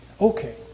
Okay